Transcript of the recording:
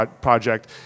project